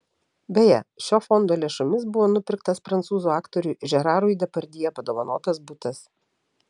beje šio fondo lėšomis buvo nupirktas prancūzų aktoriui žerarui depardjė padovanotas butas